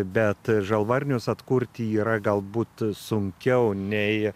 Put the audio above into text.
bet žalvarinius atkurti yra galbūt sunkiau nei